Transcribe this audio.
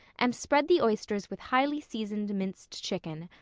and spread the oysters with highly seasoned minced chicken.